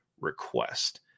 request